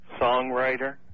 songwriter